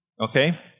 okay